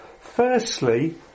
Firstly